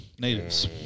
natives